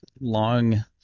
Long